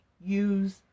use